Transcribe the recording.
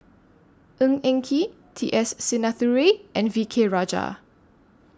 Ng Eng Kee T S Sinnathuray and V K Rajah